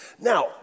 Now